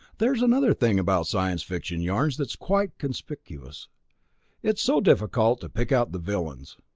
there's another thing about science-fiction yarns that is quite conspicuous it's so difficult to pick out the villains.